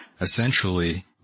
essentially